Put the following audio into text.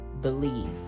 believe